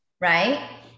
Right